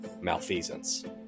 malfeasance